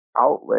outlet